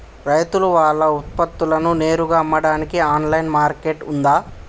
రైతులు వాళ్ల ఉత్పత్తులను నేరుగా అమ్మడానికి ఆన్లైన్ మార్కెట్ ఉందా?